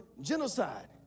genocide